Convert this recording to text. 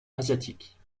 asiatique